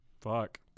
Fuck